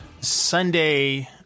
Sunday